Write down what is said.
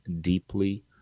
deeply